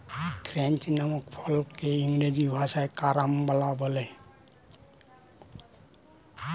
ক্রাঞ্চ নামক ফলকে ইংরেজি ভাষায় কারাম্বলা বলে